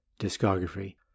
discography